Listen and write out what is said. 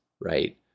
right